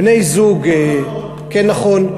בני-זוג, לא נכון.